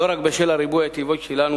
לא רק בשל הריבוי הטבעי שלנו,